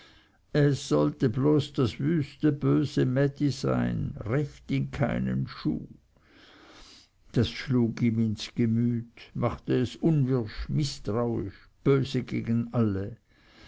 es sollte bloß das wüste böse mädi sein recht in keinen schuh das schlug ihm ins gemüt machte es unwirsch mißtrauisch böse gegen alle